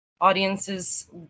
Audiences